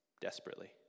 desperately